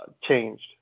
changed